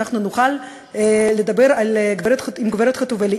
אנחנו נוכל לדבר עם הגברת חוטובלי,